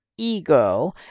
ego